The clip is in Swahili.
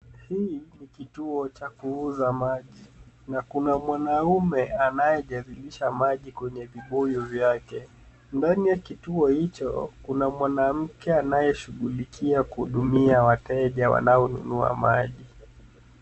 Hii ni kituo cha kuuza maji na kuna mwanaume anayejazilisha maji kwenye vibuyu vyake. Ndani ya kituo hicho, kuna mwanamke anayeshughulikia kuhudumia wateja wanaonunua maji.